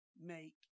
make